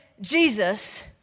Jesus